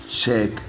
check